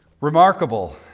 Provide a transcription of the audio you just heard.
Remarkable